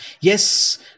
Yes